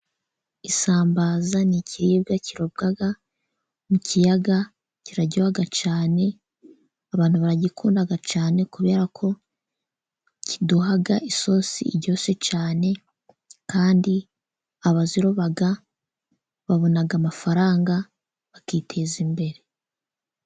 Isambaza ni ikiribwa kirobwa mu kiyaga. Kiraryoha cyane. Abantu baragikunda cyane kubera ko kiduha isosi iryoshye cyane. Kandi abaziroba babona amafaranga, bakiteza imbere.